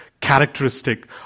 characteristic